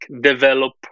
develop